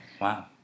Wow